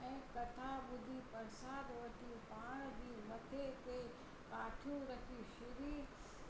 ऐं कथा ॿुधी प्रसाद वठी पाण बि मथे ते काठियूं रखी श्री